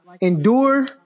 endure